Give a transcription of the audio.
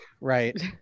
Right